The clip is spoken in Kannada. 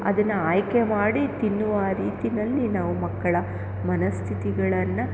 ಅದನ್ನು ಆಯ್ಕೆ ಮಾಡಿ ತಿನ್ನುವ ರೀತಿಯಲ್ಲಿ ನಾವು ಮಕ್ಕಳ ಮನಸ್ಥಿತಿಗಳನ್ನು